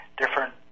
different